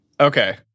Okay